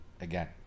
again